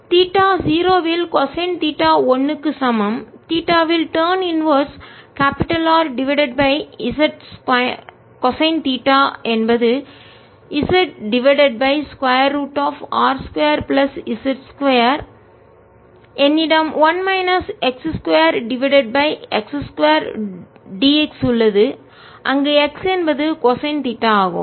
theta 0 வில் cosine theta 1 க்கு சமம் தீட்டாவில் டான் இன்வெர்ஸ் தலைகீழ் R divided by z cosine theta என்பது z divided by square root of r 2 plus z 2 என்னிடம் 1 minus x 2 divided by x 2 dx உள்ளது அங்கு x என்பது கொசைன் தீட்டா ஆகும்